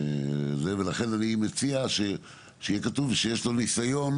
לכן, אני מציע שיהיה כתוב שיש לו ניסיון